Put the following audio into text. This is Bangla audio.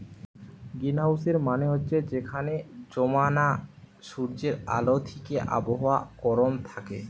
গ্রীনহাউসের মানে হচ্ছে যেখানে জমানা সূর্যের আলো থিকে আবহাওয়া গরম থাকে